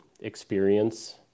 experience